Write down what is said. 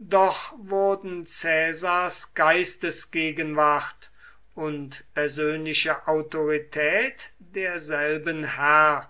doch wurden caesars geistesgegenwart und persönliche autorität derselben herr